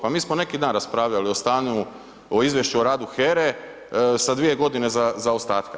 Pa mi smo neki dan raspravljali o stanju o Izvješću o radu HERA-e sa dvije godine zaostatka.